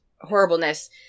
horribleness